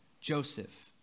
Joseph